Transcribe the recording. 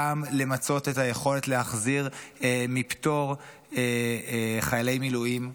גם למצות את היכולת להחזיר מפטור חיילי מילואים,